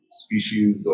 species